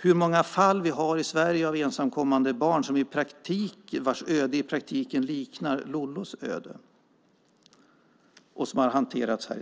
hur många fall vi har i Sverige av ensamkommande barn vilkas öde i praktiken liknar Lollos öde och som har hanterats här.